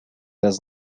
does